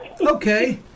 Okay